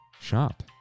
Shop